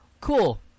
cool